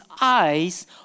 eyes